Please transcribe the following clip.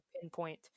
pinpoint